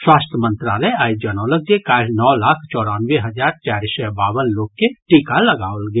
स्वास्थ्य मंत्रालय आइ जनौलक जे काल्हि नओ लाख चौरानवे हजार चारि सय बावन लोक के टीका लगाओल गेल